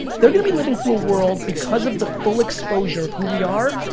they're gonna be living through a world, because of the full exposure of who we are,